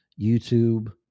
YouTube